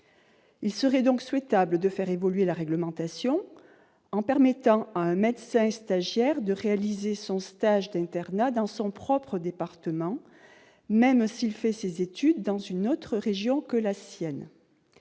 Il serait donc souhaitable de faire évoluer la réglementation, en permettant à un médecin stagiaire de réaliser son stage d'internat dans son propre département, même s'il fait ses études dans une autre région que la sienne.